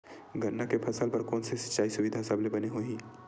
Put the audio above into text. गन्ना के फसल बर कोन से सिचाई सुविधा सबले बने होही?